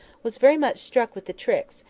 was very much struck with the tricks,